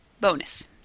Bonus